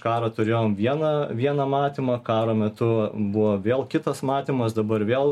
karą turėjom vieną vieną matymą karo metu buvo vėl kitas matymas dabar vėl